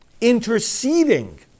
Interceding